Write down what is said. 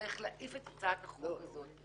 צריך להעיף את הצעת החוק הזאת.